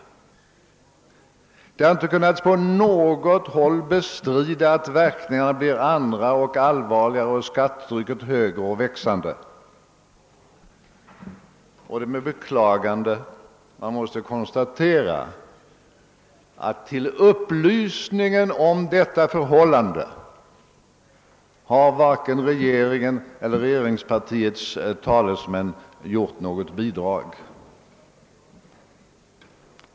Det har inte från något håll kunnat bestridas att verkningarna blir andra och allvarligare och skattetrycket högre och växande. Det är med beklagande man måste konstatera att till upplysningen om detta förhållande varken regeringen eller regeringspartiets talesmän lämnat något bidrag.